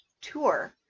Tour